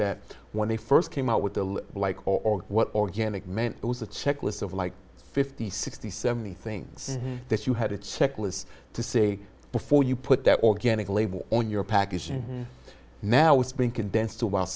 that when they first came out with the like or what organic meant it was a checklist of like fifty sixty seventy things that you had a checklist to say before you put that organic label on your package and now it's been condensed a